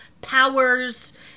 powers